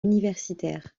universitaire